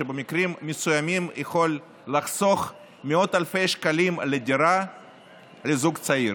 שבמקרים מסוימים יכול לחסוך מאות אלפי שקלים על דירה לזוג צעיר.